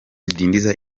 bidindiza